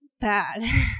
bad